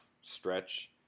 stretch